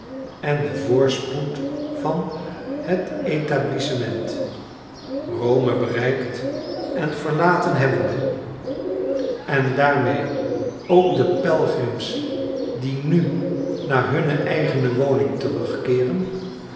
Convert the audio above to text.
en den voorspoed van het etablissement rome bereikt en verlaten hebbende en daarmee ook de pelgrims die nu naar hunne eigene woning terugkeeren